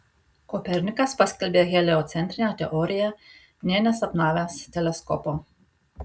kopernikas paskelbė heliocentrinę teoriją nė nesapnavęs teleskopo